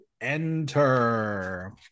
enter